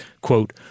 Quote